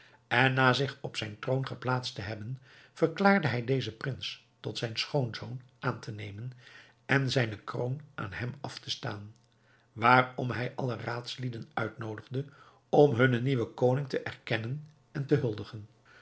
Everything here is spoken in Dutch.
en na zich op zijn troon geplaatst te hebben verklaarde hij dezen prins tot zijn schoonzoon aan te nemen en zijne kroon aan hem af te staan waarom hij alle raadsleden uitnoodigde om hunnen nieuwen koning te erkennen en te huldigen